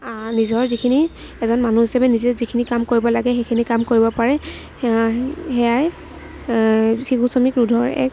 নিজৰ যিখিনি এজন মানুহ হিচাপে নিজে যিখিনি কাম কৰিব লাগে সেইখিনি কাম কৰিব পাৰে সেয়াই শিশু শ্ৰমিক ৰোধৰ এক